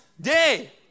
day